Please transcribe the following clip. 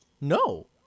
No